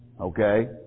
Okay